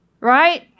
Right